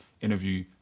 interview